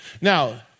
Now